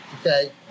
Okay